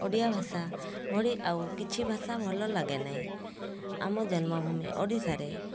ଓଡ଼ିଆ ଭାଷା ଭଳି ଆଉ କିଛି ଭାଷା ଭଲ ଲାଗେ ନାହିଁ ଆମ ଜନ୍ମଭୂମି ଓଡ଼ିଶାରେ